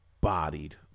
bodied